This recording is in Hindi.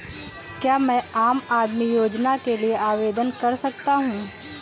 क्या मैं आम आदमी योजना के लिए आवेदन कर सकता हूँ?